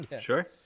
Sure